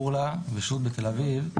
בורלא ושות' בתל אביב.